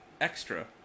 extra